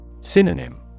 Synonym